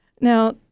Now